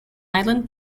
island